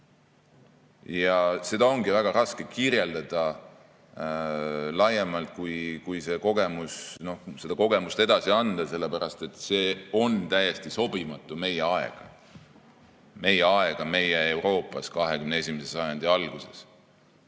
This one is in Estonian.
Ja seda ongi väga raske kirjeldada laiemalt, kui seda kogemust edasi anda, sellepärast et see on täiesti sobimatu meie aega – meie aega meie Euroopas 21. sajandi alguses.